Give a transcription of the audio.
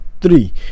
three